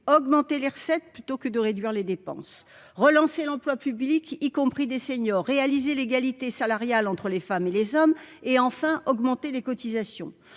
augmenter les recettes, plutôt que de réduire les dépenses, relancer l'emploi public, y compris des seniors réaliser l'égalité salariale entre les femmes et les hommes et, enfin, augmenter les cotisations